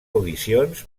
audicions